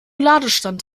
ladestand